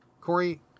Corey